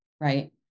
right